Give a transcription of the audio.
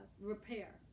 Repair